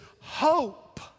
hope